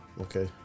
Okay